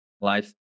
life